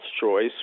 choice